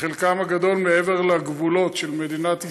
בחלקם הגדול מעבר לגבולות של מדינת ישראל,